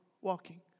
walking